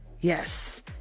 Yes